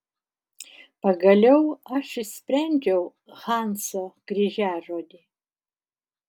pagaliau aš išsprendžiau hanso kryžiažodį